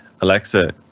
Alexa